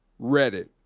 Reddit